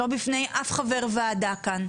לא בפני אף חבר וועדה כאן.